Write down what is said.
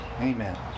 Amen